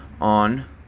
on